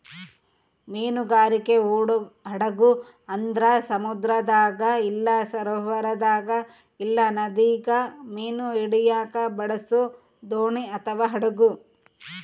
ಮೀನುಗಾರಿಕೆ ಹಡಗು ಅಂದ್ರ ಸಮುದ್ರದಾಗ ಇಲ್ಲ ಸರೋವರದಾಗ ಇಲ್ಲ ನದಿಗ ಮೀನು ಹಿಡಿಯಕ ಬಳಸೊ ದೋಣಿ ಅಥವಾ ಹಡಗು